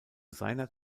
seiner